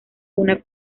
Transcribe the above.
una